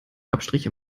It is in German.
abstriche